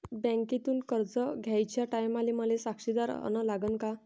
बँकेतून कर्ज घ्याचे टायमाले मले साक्षीदार अन लागन का?